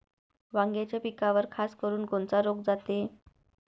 वांग्याच्या पिकावर खासकरुन कोनचा रोग जाते?